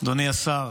אדוני השר,